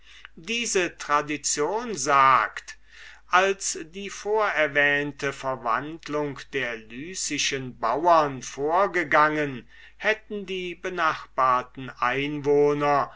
diese tradition sagt als die vorerwähnte verwandlung der lycischen bauren vorgegangen hätten die benachbarten einwohner